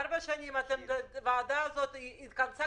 ארבע שנים כמה פעמים הוועדה הזאת התכנסה?